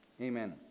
Amen